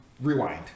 rewind